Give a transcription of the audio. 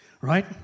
Right